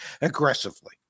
aggressively